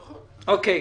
בבקשה.